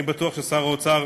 אני בטוח ששר האוצר